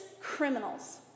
criminals